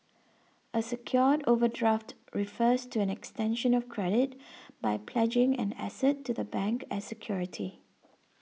a secured overdraft refers to an extension of credit by pledging an asset to the bank as security